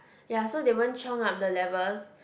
ya so they won't chiong up the levels